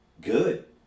good